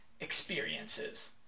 experiences